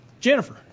Jennifer